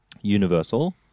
Universal